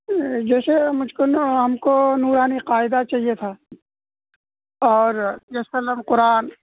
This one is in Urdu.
جیسے مجھ کو نا ہم کو نورانی قاعدہ چاہیے تھا اور تیسر القرآن